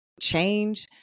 change